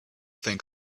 think